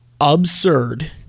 absurd